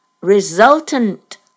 resultant